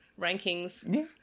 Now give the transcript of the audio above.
rankings